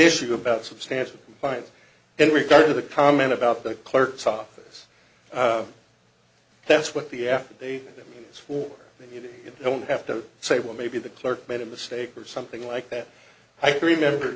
issue about substantial fines in regard to the comment about the clerk's office that's what the affidavit is for you don't have to say well maybe the clerk made a mistake or something like that i can remember